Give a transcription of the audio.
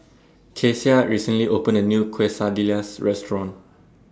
Kecia recently opened A New Quesadillas Restaurant